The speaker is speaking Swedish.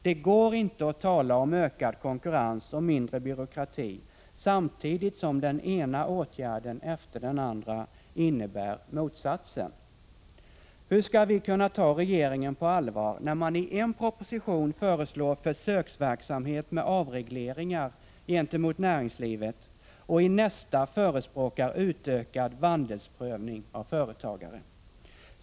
Det går inte att tala om ökad konkurrens och mindre byråkrati samtidigt som den ena åtgärden efter den andra innebär motsatsen. Hur skall vi kunna ta regeringen på allvar när man i en proposition föreslår försöksverksamhet med avregleringar gentemot näringslivet och i nästa förespråkar utökad vandelsprövning av företagare?